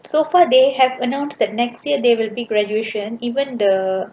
so far they have announced that next year there will be graduation even the